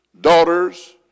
daughters